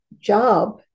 job